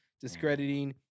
discrediting